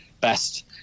best